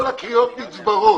כל הקריאות נצברות.